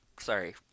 Sorry